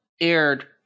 aired